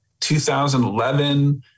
2011